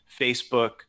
Facebook